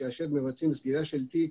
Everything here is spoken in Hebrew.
כאשר מבצעים סגירה של תיק,